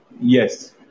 Yes